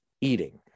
eating